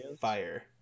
fire